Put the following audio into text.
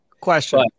Question